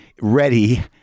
ready